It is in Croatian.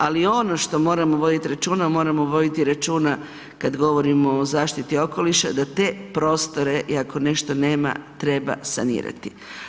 Ali ono što moramo voditi računa, moramo voditi računa kada govorimo o zaštiti okoliša da te prostore i ako nešto nema treba sanirati.